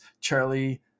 Charlie